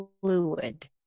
fluid